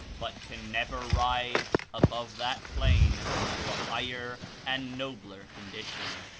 but can never rise above that plane to a higher and nobler condition.